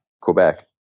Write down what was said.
Quebec